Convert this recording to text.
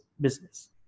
business